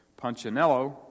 Punchinello